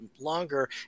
longer